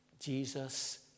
Jesus